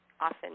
often